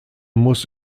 muss